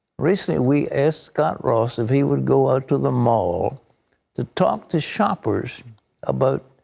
recently we asked scott ross if he would go out to the mall to talk to shoppers about